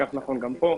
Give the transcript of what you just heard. כך נכון גם פה.